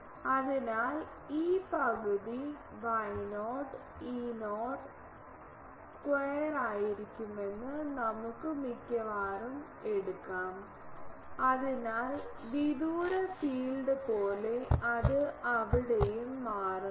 അതിനാൽ ഇത് പകുതി Y0 E0 സ്ക്വയറായിരിക്കുമെന്ന് നമുക്ക് മിക്കവാറും എടുക്കാം അതിനാൽ വിദൂര ഫീൽഡ് പോലെ അത് അവിടെയും മാറുന്നു